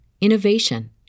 innovation